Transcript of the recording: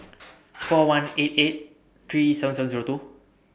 four one four eight eight three seven seven Zero two